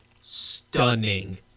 stunning